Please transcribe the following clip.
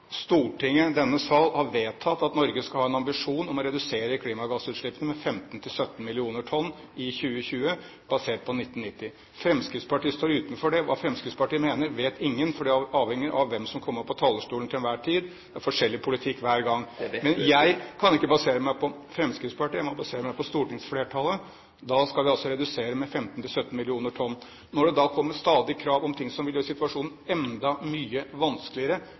Stortinget – denne sal – har vedtatt at Norge skal ha en ambisjon om å redusere klimagassutslippene med 15–17 mill. tonn i 2020, basert på 1990-nivå. Fremskrittspartiet står utenfor det. Hva Fremskrittspartiet mener, vet ingen, for det avhenger av hvem som kommer på talerstolen til enhver tid. Det er forskjellig politikk hver gang. Jeg kan ikke basere meg på Fremskrittspartiet, jeg må basere meg på stortingsflertallet. Da skal vi altså redusere med 15–17 mill. tonn. Når det da kommer stadige krav om ting som vil gjøre situasjonen enda mye vanskeligere